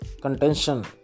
contention